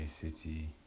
City